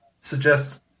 suggest